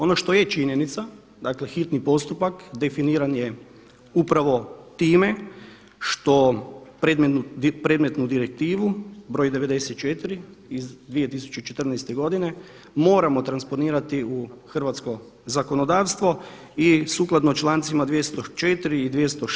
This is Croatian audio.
Ono što je činjenica, dakle hitni postupak definiran je upravo time što predmetnu direktivu br. 94 iz 2014. godine moramo transpornirati u hrvatsko zakonodavstvo i sukladno člancima 204. i 2o6.